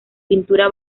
pintura